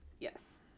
yes